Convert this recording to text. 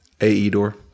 A-E-Door